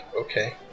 Okay